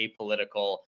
apolitical